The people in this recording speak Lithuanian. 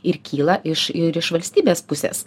ir kyla iš ir iš valstybės pusės